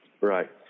Right